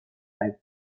item